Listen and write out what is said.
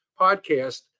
podcast